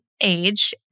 age